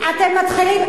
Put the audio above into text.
אתם מתחילים,